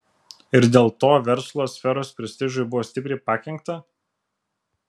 ir dėl to verslo sferos prestižui buvo stipriai pakenkta